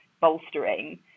bolstering